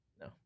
No